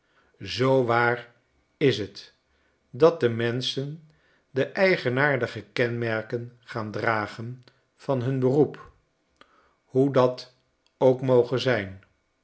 zoo waar is t dat de menschen de eigenaardige kenmerken gaan dragen van hun beroep hoe dat ook moge zijn